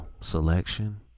selection